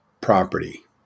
property